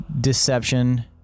deception